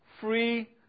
Free